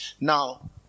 Now